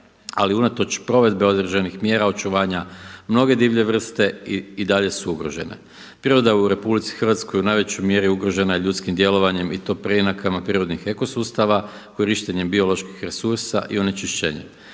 ali unatoč provedbe određenih mjera očuvanja mnoge divlje vrste i dalje su ugrožene. Priroda u RH u najvećoj mjeri ugrožena je ljudskim djelovanjem i to preinakama prirodnih ekosustava, korištenjem bioloških resursa i onečišćenjem.